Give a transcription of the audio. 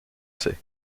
sais